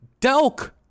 Delk